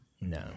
No